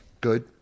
Good